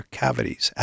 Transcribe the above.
cavities